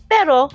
Pero